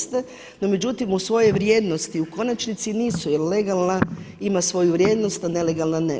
No međutim, u svojoj vrijednosti u konačnici nisu jer legalna ima svoju vrijednost, a nelegalna ne.